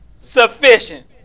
sufficient